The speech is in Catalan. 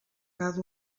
cada